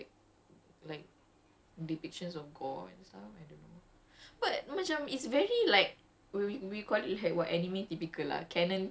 I guess ya lor like like that suicide and like like depictions of god and stuff I don't know